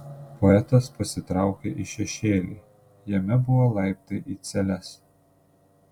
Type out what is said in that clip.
poetas pasitraukė į šešėlį jame buvo laiptai į celes